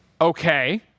Okay